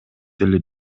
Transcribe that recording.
деле